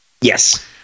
Yes